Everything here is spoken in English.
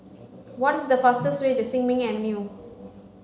what is the fastest way to Sin Ming Avenue